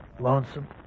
lonesome